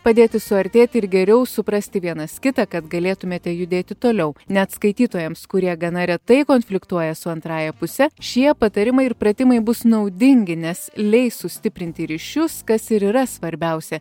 padėti suartėti ir geriau suprasti vienas kitą kad galėtumėte judėti toliau net skaitytojams kurie gana retai konfliktuoja su antrąja puse šie patarimai ir pratimai bus naudingi nes leis sustiprinti ryšius kas ir yra svarbiausia